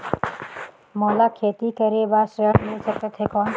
मोला खेती करे बार ऋण मिल सकथे कौन?